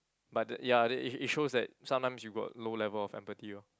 but the ya it it it shows that sometimes you got low level of empathy orh